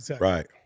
Right